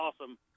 awesome